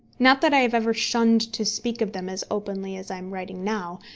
not that i have ever shunned to speak of them as openly as i am writing now,